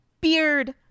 beard